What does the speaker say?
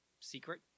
secret